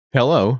Hello